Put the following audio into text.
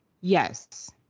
Yes